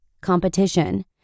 Competition